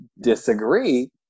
disagree